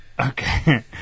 Okay